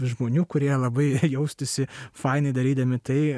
žmonių kurie labai jaustųsi faini darydami tai